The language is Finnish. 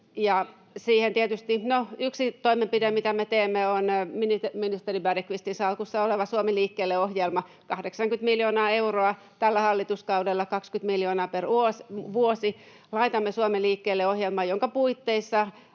yksi toimenpide, mitä me teemme, on ministeri Bergqvistin salkussa oleva Suomi liikkeelle ‑ohjelma, 80 miljoonaa euroa tällä hallituskaudella, 20 miljoonaa per vuosi, laitamme Suomi liikkeelle ‑ohjelmaan, jonka puitteissa